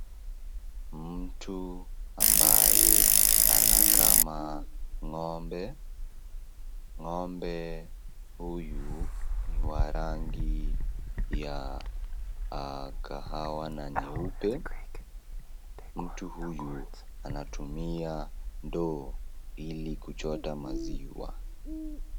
Mtu ambaye anakama ng'ombe. Ng'ombe huyu ni wa rangi ya kahawa na nyeupe. Mtu huyu anatumia ndoo ili kuchota maziwa.